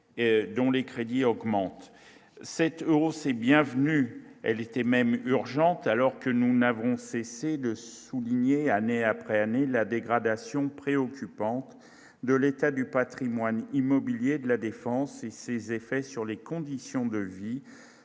dont les crédits augmentent cet Euro c'est bienvenu, elle était même urgente alors que nous n'avons cessé de souligner, année après année la dégradation préoccupante de l'état du Patrimoine immobilier de la Défense et ses effets sur les conditions de vie